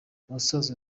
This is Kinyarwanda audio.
ubusanzwe